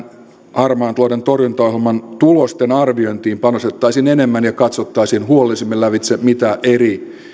harmaan talouden torjuntaohjelman tulosten arviointiin panostettaisiin enemmän ja katsottaisiin huolellisemmin lävitse mitä eri